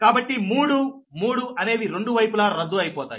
కాబట్టి 3 3 అనేవి రెండు వైపులా రద్దు అయిపోతాయి